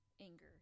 anger